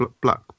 black